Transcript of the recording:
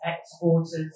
exporters